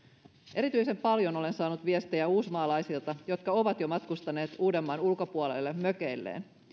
erityisen paljon olen saanut viestejä uusmaalaisilta jotka ovat jo matkustaneet uudenmaan ulkopuolelle mökeilleen